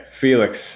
Felix